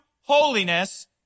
holiness